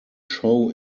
show